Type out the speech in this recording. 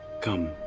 Come